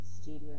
studio